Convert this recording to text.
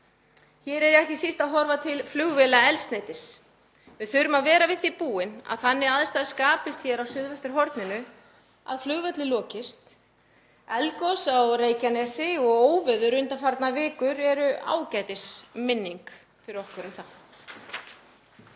Hér er ég ekki síst að horfa til flugvélaeldsneytis. Við þurfum að vera við því búin að þannig aðstæður skapist hér á suðvesturhorninu að flugvellir lokist. Eldgos á Reykjanesi og óveður undanfarnar vikur eru ágætisáminning fyrir okkur um það.